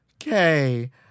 Okay